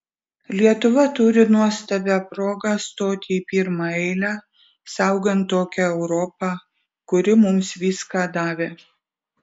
lietuva turi nuostabią progą stoti į pirmą eilę saugant tokią europą kuri mums viską davė